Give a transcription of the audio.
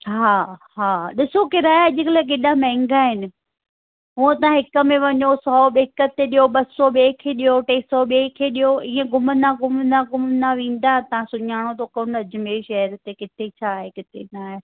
हा हा ॾिसो किराए अॼुकल्ह केॾा महांगा आहिनि हुअ त हिकु में वञो सौ हिकु ते ॾियो ॿ सौ ॿिए खे ॾियो टे सौ ॿिए खे ॾियो ईअं घुमंदा घुमंदा घुमंदा वेंदा तव्हां सुञाणो कोन्ह अजमेर शहर ते किथे छा आहे किथे छा आहे